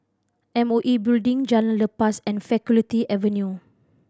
M O E Building Jalan Lepas and Faculty Avenue